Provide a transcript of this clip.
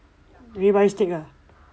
ribeye steak lah